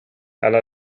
alla